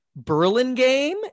Berlingame